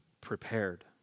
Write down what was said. prepared